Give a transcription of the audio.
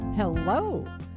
Hello